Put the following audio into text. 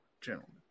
gentlemen